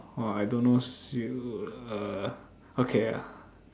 !wah! I don't know [siol] err okay ah